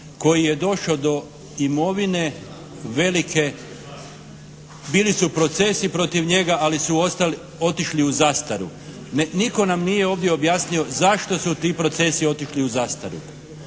koji je došao do imovine velike, bili su procesi protiv njega, ali su otišli u zastaru. Nitko nam nije ovdje objasnio zašto su ti procesi otišli u zastaru.